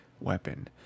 weapon